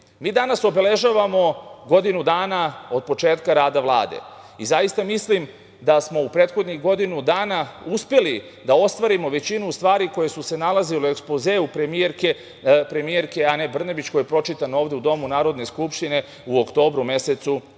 danas obeležavamo godinu dana od početka rada Vlade. Zaista mislim da smo u prethodnih godinu dana uspeli da ostvarimo većinu stvari koje su se nalazile u ekspozeu premijerke Ane Brnabić koji je pročitan ovde u Domu Narodne skupštine u oktobru mesecu